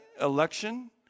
election